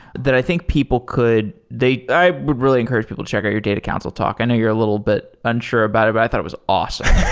that i think people could i would really encourage people to check out your data council talk. i know you're a little bit unsure about it, but i thought it was awesome.